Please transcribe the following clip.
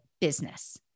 business